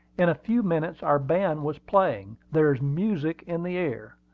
in a few minutes our band was playing there's music in the air,